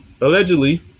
allegedly